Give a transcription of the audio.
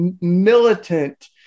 militant